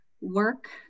work